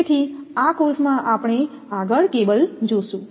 તેથી આ કોર્સમાં આપણે આગળ કેબલ જોશું